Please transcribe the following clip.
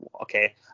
okay